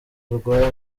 rwa